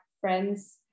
friends